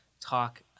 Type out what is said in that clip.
talk